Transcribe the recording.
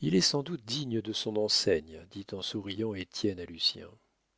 il est sans doute digne de son enseigne dit en souriant